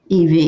EV